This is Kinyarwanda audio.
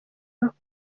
bakora